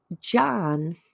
John